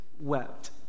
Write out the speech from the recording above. wept